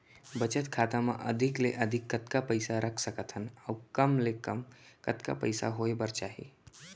बचत खाता मा अधिक ले अधिक कतका पइसा रख सकथन अऊ कम ले कम कतका पइसा होय बर चाही?